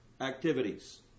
activities